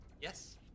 Yes